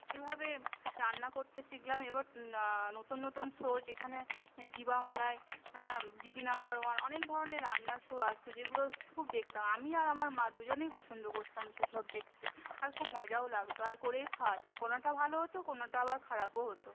এভাবে রান্না করতে শিখলাম এবার নতুন নতুন শোজ এখানে জি বাংলায় হ্যাঁ দিদি নাম্বার ওয়ান অনেক ধরনের রান্নার শো আসতো যেগুলো খুব দেখতাম আমি আর আমার মা দুজনেই পছন্দ করতাম সেসব দেখতে আর খুব মজাও লাগতো আর করেও খাওয়াতাম কোনোটা ভালো হত কোনোটা আবার খারাপও হত